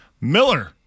Miller